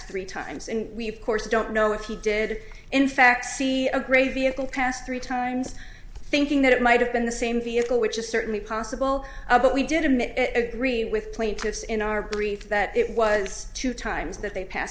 three times and we've course don't know if he did in fact see a great vehicle passed three times thinking that it might have been the same vehicle which is certainly possible but we did admit agree with plaintiffs in our brief that it was two times that they pass